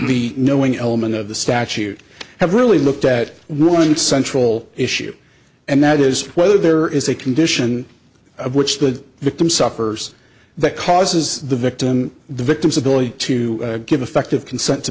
the knowing element of the statute have really looked at one central issue and that is whether there is a condition of which the victim suffers that causes the victim the victim's ability to give effective consent to